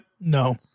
no